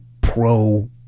pro